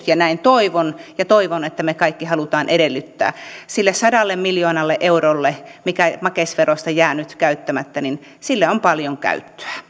ja näin toivon ja toivon että me kaikki haluamme sitä edellyttää sille sadalle miljoonalle eurolle mikä makeisverosta jää nyt käyttämättä on paljon käyttöä